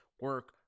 Work